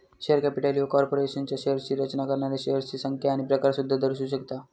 share capital ह्या कॉर्पोरेशनच्या शेअर्सची रचना करणाऱ्या शेअर्सची संख्या आणि प्रकार सुद्धा दर्शवू शकता